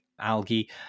algae